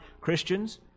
Christians